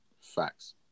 Facts